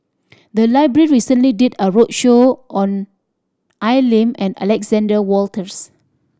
the library recently did a roadshow on Al Lim and Alexander Wolters